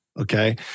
Okay